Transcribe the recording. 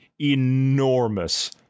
enormous